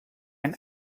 ein